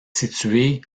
située